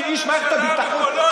כאיש מערכת הביטחון,